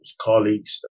colleagues